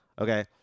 Okay